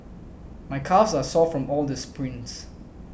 my calves are sore from all the sprints